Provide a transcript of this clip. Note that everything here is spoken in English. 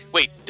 Wait